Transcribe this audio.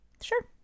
sure